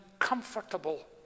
uncomfortable